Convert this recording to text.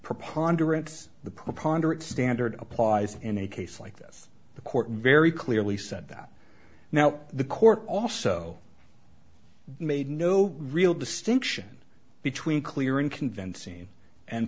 preponderate standard applies in a case like this the court very clearly said that now the court also made no real distinction between clear and convincing and